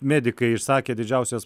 medikai išsakė didžiausias